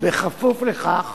בכפוף לכך